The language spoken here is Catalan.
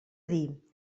dir